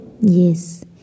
Yes